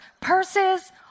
Purses